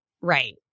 right